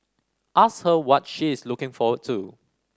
ask her what she is looking forward to